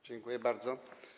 Dziękuję bardzo.